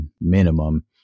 minimum